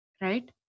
right